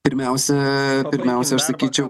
pirmiausia pirmiausia aš sakyčiau